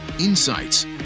insights